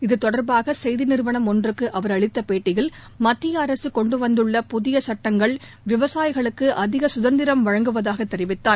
இது தொடர்பாக செய்தி நிறுவனம் ஒன்றுக்கு அவர் அளித்த பேட்டியில் மத்திய அரசு கொண்டுவந்துள்ள புதிய சட்டங்கள் விவசாயிகளுக்கு அதிக சுதந்திரம் வழங்குவதாக தெரிவித்தார்